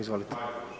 Izvolite.